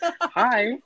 hi